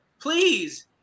Please